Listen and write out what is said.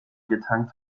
getankt